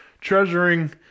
treasuring